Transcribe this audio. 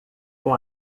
com